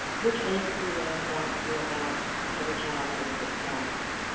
which basically rounds out to about every child having six cavities.